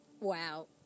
wow